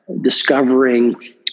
discovering